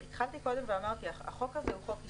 התחלתי קודם ואמרתי שהחוק הזה הוא חוק היסטורי.